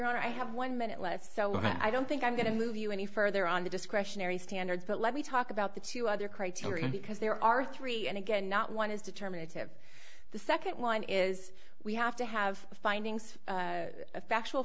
honor i have one minute left so i don't think i'm going to move you any further on the discretionary standards but let me talk about the two other criteria because there are three and again not one is determinative the second one is we have to have the findings of factual